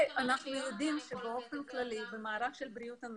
אנחנו יודעים שבאופן כללי אכן יש מחסור במערך של בריאות הנפש,